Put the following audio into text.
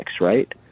right